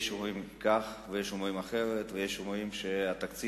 יש האומרים כך ויש האומרים אחרת ויש האומרים שהתקציב